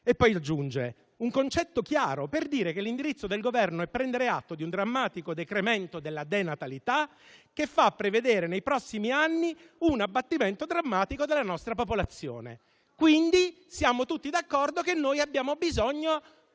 E aggiunge: «Un concetto chiaro, per dire che l'indirizzo del Governo è prendere atto di un drammatico decremento della natalità, che fa prevedere nei prossimi anni un abbattimento drammatico della nostra popolazione». Quindi, siamo tutti d'accordo sul fatto che abbiamo bisogno